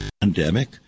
pandemic